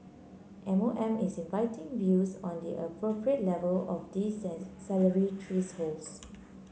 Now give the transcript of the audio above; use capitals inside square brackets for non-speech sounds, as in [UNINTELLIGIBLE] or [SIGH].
M O M is inviting views on the appropriate level of these [UNINTELLIGIBLE] salary [UNINTELLIGIBLE]